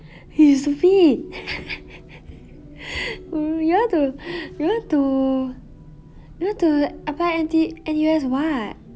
you stupid uh you want to you want to you want to apply n t N_U_S for what